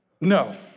No